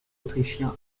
autrichien